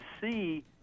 see